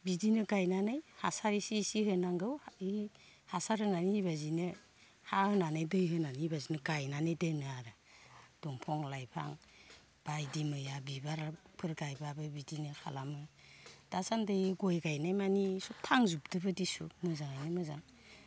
बिदिनो गायनानै हासार इसे इसे होनांगौ इ हासार होनानै ओइबासिनो हा होनानै दै होनानै ओइबासिनो गायनानै दोनो आरो दंफां लाइफां बायदि मैया बिबारफोर गायब्लाबो बिदिनो खालामो दासान्दि गय गायनायमानि सब थांजुबदो दिसु मोजाङैनो मोजां